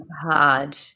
hard